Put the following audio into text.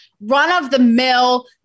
run-of-the-mill